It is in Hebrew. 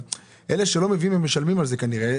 אבל אלה שלא מביאים, הם משלמים על זה כנראה.